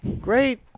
great